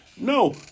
No